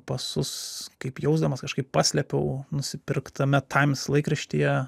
pasus kaip jausdamas kažkaip paslėpiau nusipirktame taims laikraštyje